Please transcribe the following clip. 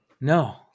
No